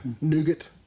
nougat